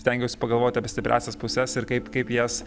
stengiuosi pagalvoti apie stipriąsias puses ir kaip kaip jas